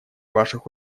ваших